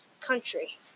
country